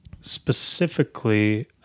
specifically